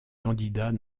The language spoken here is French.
candidats